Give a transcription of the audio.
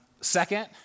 Second